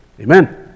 amen